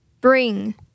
Bring